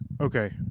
okay